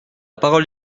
parole